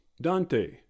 dante